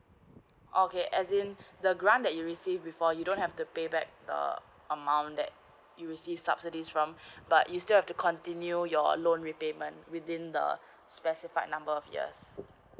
oh okay as in the grant that you receive before you don't have to pay back the amount that you receive subsidies from but you still have to continue your loan repayment within the specified number of years